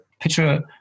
picture